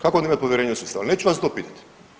Kako onda imati povjerenja u sustav, neću vas to pitat.